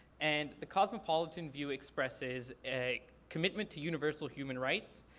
and the cosmopolitan view expresses a commitment to universal human rights.